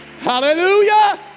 Hallelujah